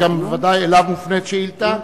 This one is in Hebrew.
שבוודאי גם אליו מופנית שאילתא.